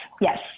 yes